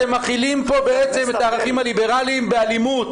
אתם מכילים פה בעצם את הערכים הליברלים באלימות.